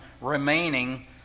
remaining